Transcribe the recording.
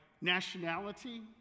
nationality